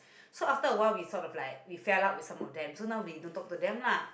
so after a while we sort of like we fail up with some of them so now we don't talk to them lah